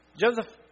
Joseph